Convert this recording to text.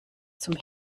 zum